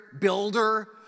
builder